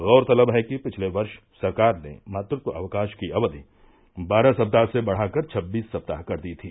गौरतलब है कि पिछले वर्ष सरकार ने मातृत्व अवकाश की अवधि बारह सप्ताह से बढ़ाकर छब्बीस सप्ताह कर दी थी